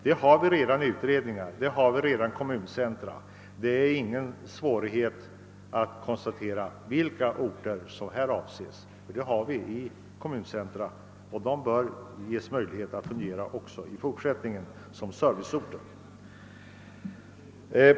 Utredningen har redan pekat på vissa kommuncentra, och det är ingen svårighet att konstatera vilka orter som avses. De kommuncentra som finns bör givetvis få möjlighet att också i fortsättningen fungera som serviceorter.